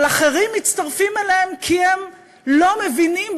אבל אחרים מצטרפים אליהם כי הם לא מבינים,